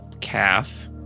Calf